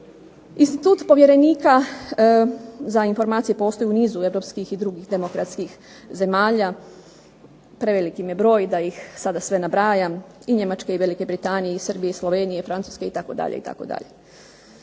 Institut povjerenika za informacija postoji u nizu europskih i drugih demokratskih zemalja, prevelik im je broj da ih sada sve nabrajam, i Njemačke, i Velike Britanije, i Srbije, i Slovenije, i Francuske, itd., itd.